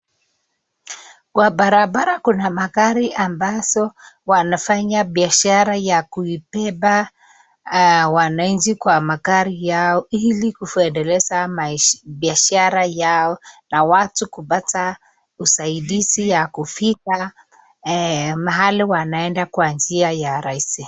Kwa barabara kuna magari ambazo wanafanya biashara ya kuibeba wananchi kwa magari yao ili kuendeleza biashara yao na watu kupata usaidizi ya kufika mahali wanaenda kwa njia ya rahisi.